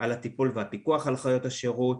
על הטיפול והפיקוח על חיות השירות.